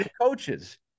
coaches